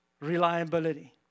Reliability